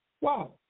Wow